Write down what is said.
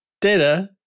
data